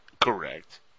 correct